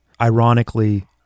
Ironically